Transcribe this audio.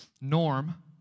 Norm